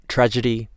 Tragedy